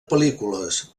pel·lícules